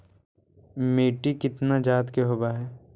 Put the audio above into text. मिट्टी कितना जात के होब हय?